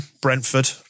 Brentford